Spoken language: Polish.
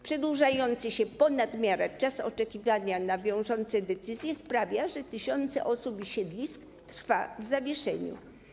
Przedłużający się ponad miarę czas oczekiwania na wiążące decyzje sprawia, że tysiące osób i siedlisk trwają w zawieszeniu.